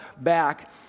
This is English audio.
back